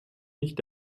nicht